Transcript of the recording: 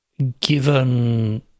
Given